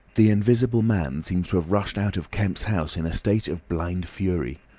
the invisible man seems to have rushed out of kemp's house in a state of blind fury.